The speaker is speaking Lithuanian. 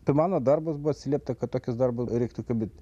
tai mano darbas buvo atsiliepta kad tokius darbus reiktų kalbint